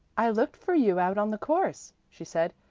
i looked for you out on the course, she said,